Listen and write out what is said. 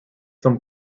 some